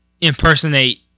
impersonate